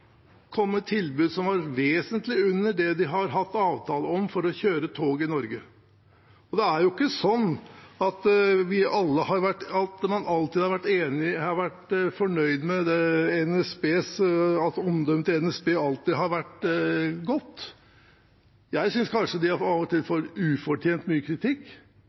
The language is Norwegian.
kom med et tilbud som var vesentlig under det de har hatt avtale om for å kjøre tog i Norge. Det er jo ikke sånn at man alltid har vært fornøyd med NSB, og at NSBs omdømme alltid har vært godt. Jeg synes kanskje at de av og til får ufortjent mye kritikk.